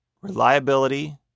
reliability